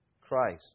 Christ